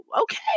okay